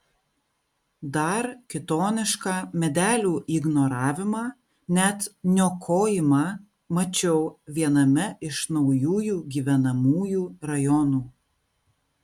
dar kitonišką medelių ignoravimą net niokojimą mačiau viename iš naujųjų gyvenamųjų rajonų